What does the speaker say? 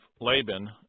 Laban